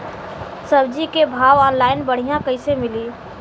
सब्जी के भाव ऑनलाइन बढ़ियां कइसे मिली?